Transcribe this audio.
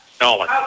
Nolan